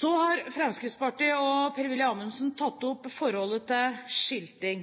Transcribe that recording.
Så har Fremskrittspartiet og Per-Willy Amundsen tatt opp forholdet til skilting.